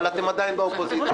אבל אתם עדיין באופוזיציה,